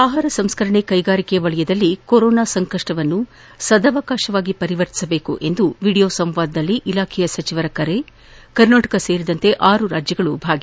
ಆಹಾರ ಸಂಸ್ಲರಣೆ ಕೈಗಾರಿಕಾ ವಲಯದಲ್ಲಿ ಕೊರೊನಾ ಸಂಕಷ್ಪವನ್ನು ಸದಾವಕಾಶವಾಗಿ ಪರಿವರ್ತಿಸುವಂತೆ ವಿದಿಯೋ ಸಂವಾದದಲ್ಲಿ ಇಲಾಖೆಯ ಸಚಿವರ ಕರೆ ಕರ್ನಾಟಕ ಸೇರಿದಂತೆ ಆರು ರಾಜ್ಯಗಳು ಭಾಗಿ